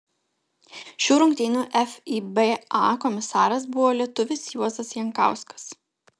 šių rungtynių fiba komisaras buvo lietuvis juozas jankauskas